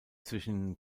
zwischen